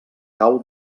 cau